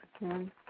again